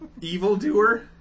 evildoer